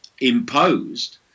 imposed